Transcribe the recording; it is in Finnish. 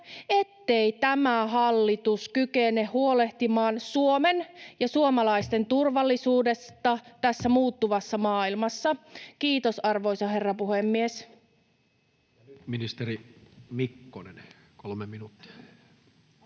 ettei tämä hallitus kykene huolehtimaan Suomen ja suomalaisten turvallisuudesta tässä muuttuvassa maailmassa. — Kiitos, arvoisa herra puhemies.